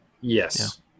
Yes